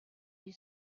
you